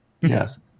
Yes